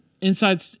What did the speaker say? inside